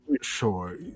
sure